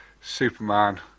Superman